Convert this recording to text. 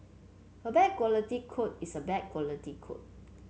a bad quality code is a bad quality code